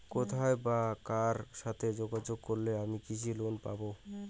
কোথায় বা কার সাথে যোগাযোগ করলে আমি কৃষি লোন পাব?